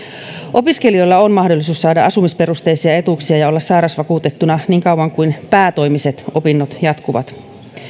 opiskelijoilla on mahdollisuus saada asumisperusteisia etuuksia ja olla sairausvakuutettuna niin kauan kuin päätoimiset opinnot jatkuvat